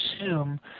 assume